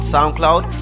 SoundCloud